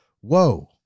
whoa